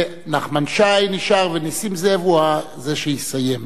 ונחמן שי נשאר, ונסים זאב הוא זה שיסיים.